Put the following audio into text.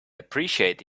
appreciate